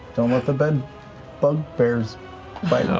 don't let the bed bugbears bite.